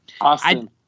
Austin